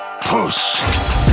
push